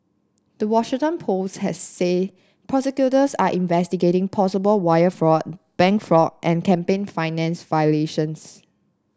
the Washington Post has said prosecutors are investigating possible wire fraud bank fraud and campaign finance violations